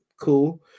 Cool